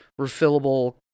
refillable